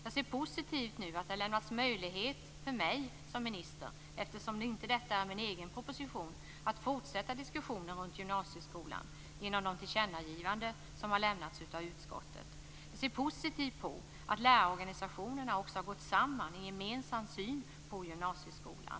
Jag ser positivt på att det nu har lämnats möjlighet för mig som minister, eftersom inte detta är min egen proposition, att fortsätta diskussionen om gymnasieskolan genom de tillkännagivanden som har lämnats av utskottet. Jag ser positivt på att lärarorganisationerna också har gått samman i en gemensam syn på gymnasieskolan.